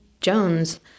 Jones